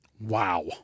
Wow